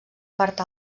part